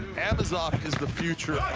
amsov is the future